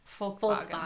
Volkswagen